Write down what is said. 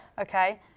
Okay